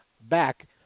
back